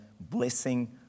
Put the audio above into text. blessing